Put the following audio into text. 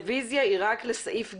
הרביזיה היא רק לסעיף (ג),